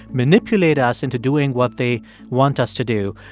manipulate us into doing what they want us to do,